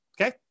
Okay